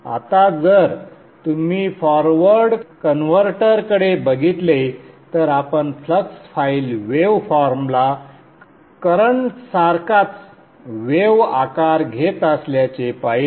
आता जर तुम्ही फॉरवर्ड कन्व्हर्टरकडे बघितले तर आपण फ्लक्स फाइल वेव फॉर्मला करंट सारखाच वेव आकार घेत असल्याचे पाहिले